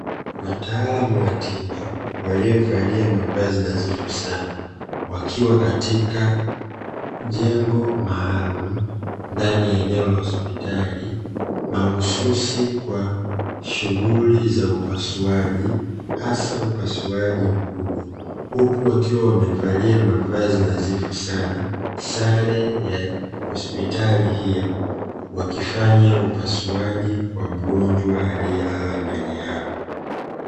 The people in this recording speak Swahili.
Wataalamu wa tiba waliovalia mavazi nadhifu sana, wakiwa katika jengo maalumu ndani ya eneo la hospitali mahususi kwa shughuli za upasuaji hasa upasauaji mkubwa, huku wakiwa wamevalia mavazi nadhifu sana sare ya hospitali hiyo wakifanya upasuaji kwa mgonjwa aliyelala mbele yao.